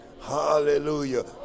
Hallelujah